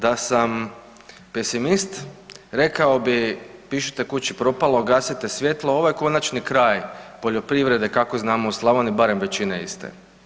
Da sam pesimist rekao bi pišite kući propalo, gasite svjetlo, ovo je konačni kraj poljoprivrede kako znamo u Slavoniji, barem većine iste.